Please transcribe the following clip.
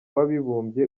w’abibumbye